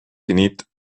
finit